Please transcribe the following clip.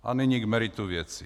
A nyní k meritu věci.